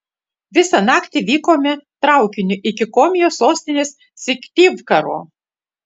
visą naktį vykome traukiniu iki komijos sostinės syktyvkaro